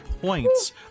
points